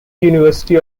university